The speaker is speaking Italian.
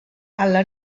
alla